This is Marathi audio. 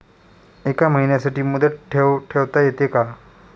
एका महिन्यासाठी मुदत ठेव ठेवता येते का?